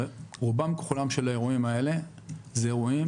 אבל רובם ככולם של האירועים האלה אלה אירועים